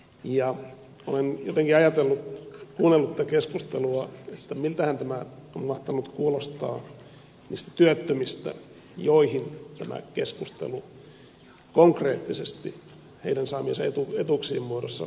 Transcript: olen jotenkin ajatellut kuunnellut tätä keskustelua että miltähän tämä on mahtanut kuulostaa niistä työttömistä joihin tämä keskustelu konkreettisesti heidän saamiensa etuuksien muodossa kohdistuu